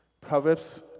Proverbs